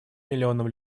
миллионам